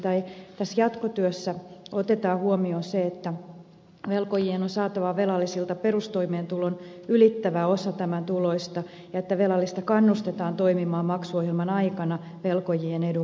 nimittäin tässä jatkotyössä otetaan huomioon se että velkojien on saatava velalliselta perustoimeentulon ylittävä osa tämän tuloista ja että velallista kannustetaan toimimaan maksuohjelman aikana velkojien edun mukaisesti